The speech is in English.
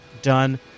done